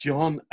John